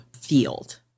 field